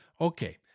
Okay